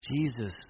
Jesus